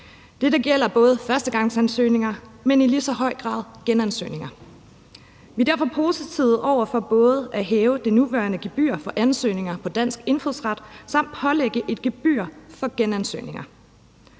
Dette gælder både førstegangsansøgninger, men i lige så høj grad genansøgninger. Vi er derfor positive over for både at hæve det nuværende gebyr for ansøgninger om dansk indfødsret samt pålægge et gebyr for genansøgninger.